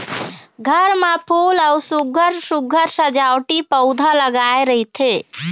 घर म फूल अउ सुग्घर सुघ्घर सजावटी पउधा लगाए रहिथे